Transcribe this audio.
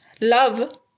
love